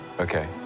okay